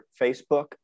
Facebook